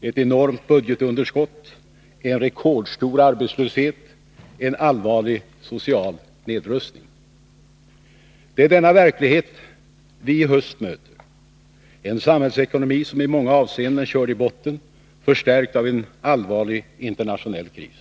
ett enormt budgetunderskott, en rekordstor arbetslöshet, en allvarlig social nedrustning. Det är denna verklighet vi i höst möter — en samhällsekonomi som i många avseenden är körd i botten, vilket förstärkts av en allvarlig internationell kris.